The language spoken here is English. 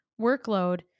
workload